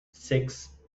six